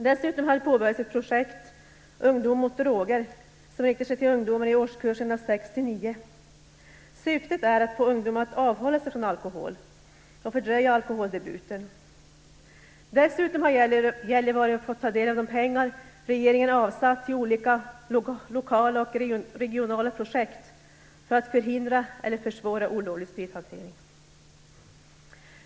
Dessutom har det påbörjats ett projekt "Ungdom mot droger", som riktar sig till ungdomar i årskurserna 6-9. Syftet är att få ungdomar att avhålla sig från alkohol och fördröja alkoholdebuten. Dessutom har Gällivare fått ta del av de pengar regeringen avsatt till olika lokala och regionala projekt för att förhindra eller försvåra olovlig sprithantering.